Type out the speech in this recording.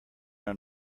are